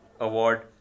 award